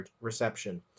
reception